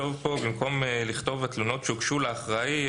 במקום "התלונות שהוגשו לאחראי",